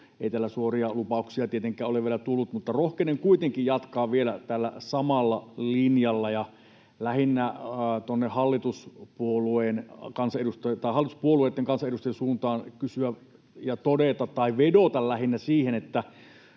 ei täällä suuria lupauksia tietenkään ole vielä tullut. Mutta rohkenen kuitenkin jatkaa vielä tällä samalla linjalla ja lähinnä tuonne hallituspuolueitten kansanedustajien suuntaan kysyä ja todeta tai lähinnä vedota siihen, että